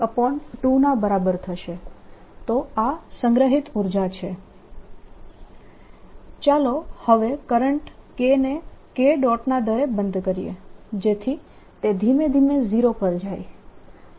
B0K Energy stored length 02K220a20K22 ચાલો હવે current K ને K ડોટના દરે બંધ કરીએ જેથી તે ધીમે ધીમે 0 પર જાય